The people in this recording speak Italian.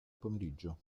pomeriggio